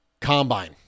combine